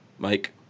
Mike